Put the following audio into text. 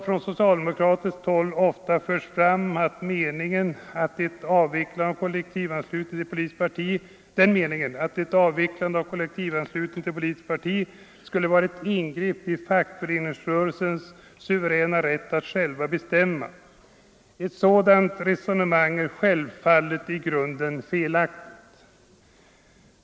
Från socialdemokratiskt håll har ofta förts fram den meningen att ett avvecklande av kollektivanslutningen till politiskt parti skulle vara ett ingrepp i fackföreningsrörelsens suveräna rätt att själv bestämma. Ett sådant resonemang är självfallet i grunden felaktigt.